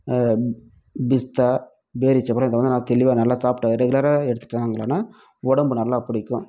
பிஸ்தா பேரிச்சம்பழம் இதை வந்து நான் தெளிவாக நல்லா சாப்பிட்டு ரெகுலராக எடுத்துட்டாங்களனா உடம்பு நல்லா பிடிக்கும்